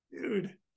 Dude